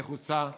נחוצה ואלמנטרית.